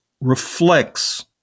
reflects